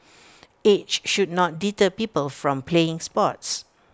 age should not deter people from playing sports